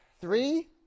Three